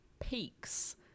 peaks